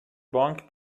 بانک